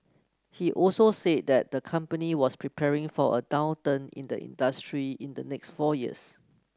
he also said that the company was preparing for a downturn in the industry in the next four years